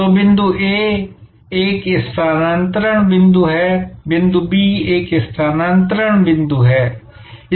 तो बिंदु A एक स्थानांतरण बिंदु है बिंदु B एक स्थानांतरण बिंदु है